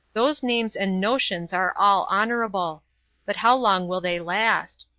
those names and notions are all honourable but how long will they last?